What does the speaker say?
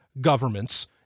governments